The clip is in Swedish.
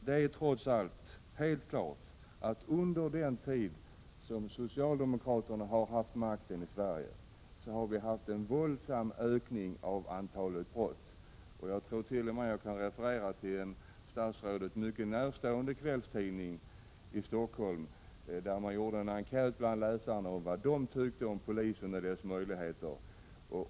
Det är trots allt helt klart att vi under den tid då socialdemokraterna haft makten i Sverige har fått en våldsam ökning av antalet brott. Jag kant.o.m. hänvisa till en statsrådet mycket närstående kvällstidning i Stockholm, som gjorde enkät bland läsarna om vad de tyckte om polisen och dess möjligheter.